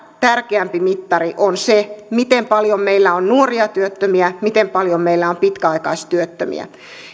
tärkeämpi mittari on se miten paljon meillä on nuoria työttömiä miten paljon meillä on pitkäaikaistyöttömiä